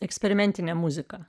eksperimentinę muziką